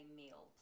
meal